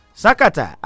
sakata